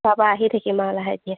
তাৰপৰা আহি থাকিম আৰু লাহে ধীৰে